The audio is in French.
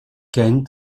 kent